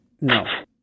No